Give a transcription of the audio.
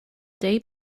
day